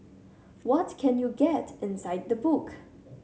what can you get inside the book